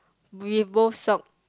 we both sock